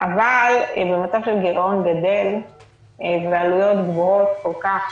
אבל במצב של גירעון גדל ועלויות גבוהות כל כך